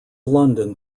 london